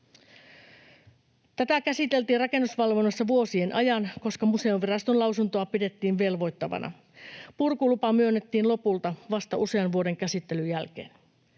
Tätä käsiteltiin rakennusvalvonnassa vuosien ajan, koska Museoviraston lausuntoa pidettiin velvoittavana. Purkulupa myönnettiin lopulta vasta usean vuoden käsittelyn jälkeen.